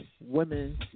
women